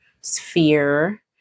sphere